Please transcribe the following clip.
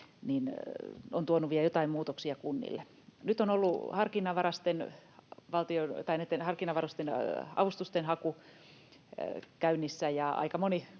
yhtenäisesti — joitain muutoksia kunnille. Nyt on ollut näitten harkinnanvaraisten avustusten haku käynnissä, ja aika moni